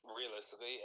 realistically